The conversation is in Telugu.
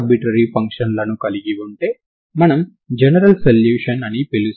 మొత్తం శక్తి స్థిరాంకం కాబట్టి ddtTotal Energy0 అని నాకు తెలుసు